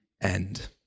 end